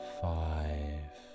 five